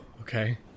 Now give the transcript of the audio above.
okay